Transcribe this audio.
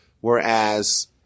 Whereas